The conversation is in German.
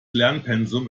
lernpensum